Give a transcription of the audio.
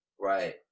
Right